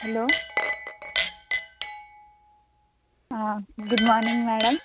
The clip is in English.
hello good morning madam